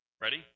Ready